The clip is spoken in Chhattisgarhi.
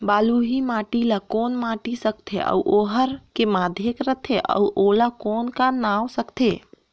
बलुही माटी ला कौन माटी सकथे अउ ओहार के माधेक राथे अउ ओला कौन का नाव सकथे?